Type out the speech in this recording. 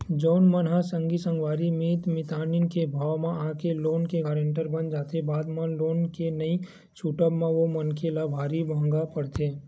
जउन मन ह संगी संगवारी मीत मितानी के भाव म आके लोन के गारेंटर बन जाथे बाद म लोन के नइ छूटब म ओ मनखे ल भारी महंगा पड़थे